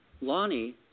Lonnie